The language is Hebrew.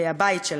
הבית שלהם.